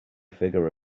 figure